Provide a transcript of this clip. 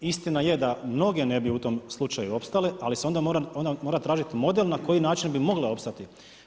Istina je da mnoge ne bi u tom slučaju opstale, ali se onda mora tražit model na koji način bi mogla opstati.